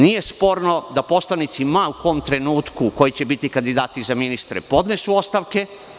Nije sporno da poslanici ma u kom trenutku da oni koji će biti kandidati za ministre podnesu ostavke.